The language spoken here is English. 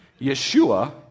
Yeshua